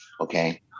Okay